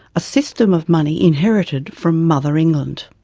a system of money inherited from mother england.